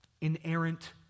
inerrant